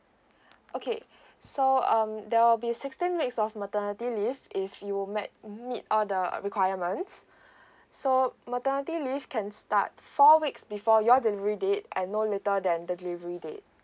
okay so um there will be sixteen weeks of maternity leave if you met meet all the requirements so maternity leave can start four weeks before your delivery date and no later then the delivery date